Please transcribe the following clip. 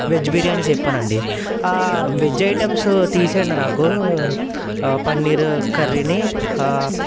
veg biryani చెప్పానండి veg items తీసేయండి నాకు పన్నీరు కర్రీని